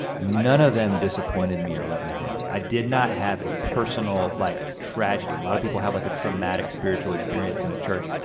none of them disappointed me or let me down. i did not have a personal like tragedy. a lot of people have like a traumatic spiritual experience in a church.